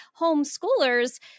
homeschoolers